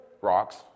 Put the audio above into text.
Rocks